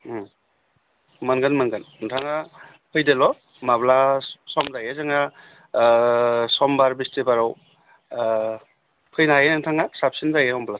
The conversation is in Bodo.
उम मोनगोन मोनगोन नोंथाङा फैदोल' माब्ला सम जायो जोङो ओह समबार बिस्थिबाराव ओह फैनो हायो नोंथाङा साबसिन जायो होमब्ला